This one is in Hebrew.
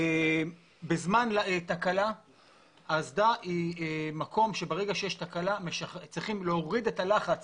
ברגע שיש תקלה באסדה צריכים להוריד את הלחץ